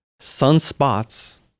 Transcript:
Sunspots